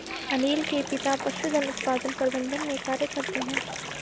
अनील के पिता पशुधन उत्पादन प्रबंधन में कार्य करते है